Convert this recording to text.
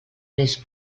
més